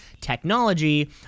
technology